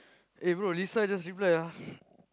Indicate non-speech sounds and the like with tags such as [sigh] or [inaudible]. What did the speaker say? eh bro Lisa just reply ah [breath]